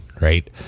right